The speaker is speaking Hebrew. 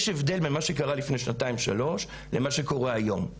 יש הבדל בין מה שקרה לפני שנתיים-שלוש לבין מה שקורה היום.